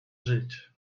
żyć